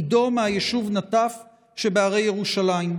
עידו מהיישוב נטף שבהרי ירושלים.